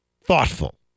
Thoughtful